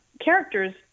characters